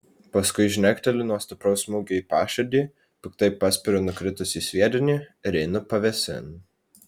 paskui žnekteliu nuo stipraus smūgio į paširdį piktai paspiriu nukritusį sviedinį ir einu pavėsin